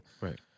Right